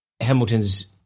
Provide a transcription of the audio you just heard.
Hamilton's